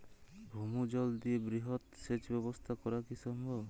ভৌমজল দিয়ে বৃহৎ সেচ ব্যবস্থা করা কি সম্ভব?